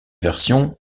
versions